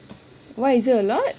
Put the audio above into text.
why is it a lot